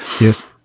Yes